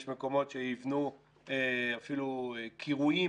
יש מקומות שיבנו אפילו קירויים